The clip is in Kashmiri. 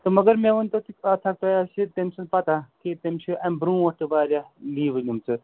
تہٕ مگر مےٚ ؤنۍتو تُہۍ کَتھ اَکھ تۄہہِ آسہِ تَمہِ سٕنٛز پتہٕ کہِ تٔمِس چھِ اَمہِ برٛونٛٹھ تہٕ واریاہ لیٖوٕ نِمژٕ